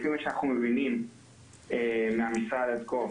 לפי מה שאנחנו מבינים מהמשרד עד כה,